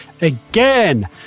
again